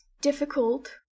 difficult